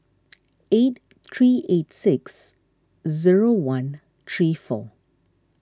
eight three eight six zero one three four